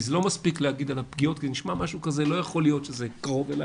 כי הפגיעות נשמע שלא יכול להיות שזה משהו קרוב אלי.